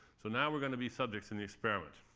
so now we're going to be subjects in the experiment.